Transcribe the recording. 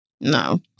no